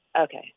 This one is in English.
Okay